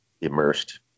immersed